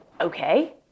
okay